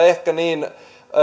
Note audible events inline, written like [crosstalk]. [unintelligible] ehkä niin